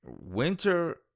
winter